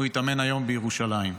הוא ייטמן היום בירושלים.